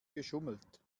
geschummelt